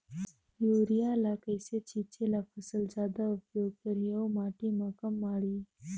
Urea ल कइसे छीचे ल फसल जादा उपयोग करही अउ माटी म कम माढ़ही?